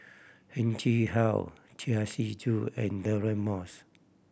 Heng Chee How Chia Shi and Deirdre Moss